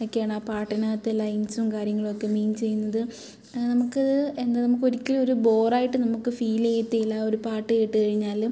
ഒക്കെയാണ് ആ പാട്ടിനകത്ത് ലൈൻസും കാര്യങ്ങളും ഒക്കെ മീൻ ചെയ്യുന്നത് നമുക്ക് എന്താ നമുക്ക് ഒരിക്കലൂം ഒരു ബോറായിട്ട് നമുക്ക് ഫീലെയ്യത്തേ ഇല്ല ആ ഒരു പാട്ട് കേട്ട് കഴിഞ്ഞാലും